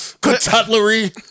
cutlery